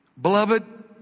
Beloved